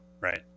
Right